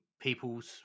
people's